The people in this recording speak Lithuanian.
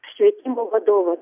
švietimo vadovas